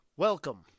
Welcome